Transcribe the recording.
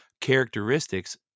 characteristics